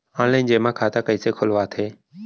Online जेमा खाता कइसे खोलवाथे?